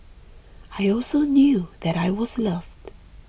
I also knew that I was loved